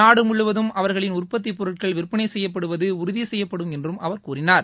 நாடு முழுவதும் அவர்களின் உற்பத்திப்பொருட்கள் விற்பனை செய்யப்படுவது உறுதி செய்யப்படும் என்றும் அவர் கூறினார்